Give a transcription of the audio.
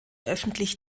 öffentlich